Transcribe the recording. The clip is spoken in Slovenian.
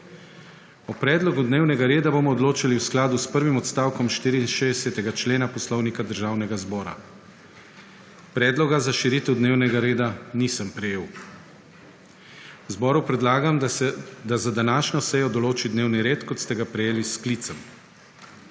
O predlogu dnevnega reda bomo odločali v skladu s prvim odstavkom 64. člena Poslovnika Državnega zbora. Predloga za širitev dnevnega reda nisem prejel. Zboru predlagam, da za današnjo sejo določi dnevni red, kot ste ga prejeli s sklicem.